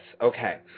okay